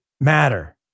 matter